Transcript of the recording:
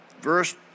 verse